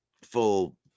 full